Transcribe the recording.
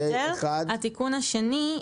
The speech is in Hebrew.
התיקון השני: